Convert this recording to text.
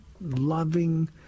loving